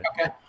okay